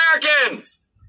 Americans